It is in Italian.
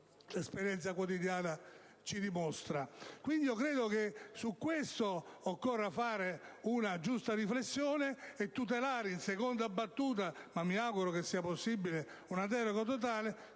l'esperienza quotidiana ci dimostra. Credo che al riguardo occorra fare una giusta riflessione e tutelare in seconda battuta - ma mi auguro che sia possibile una deroga totale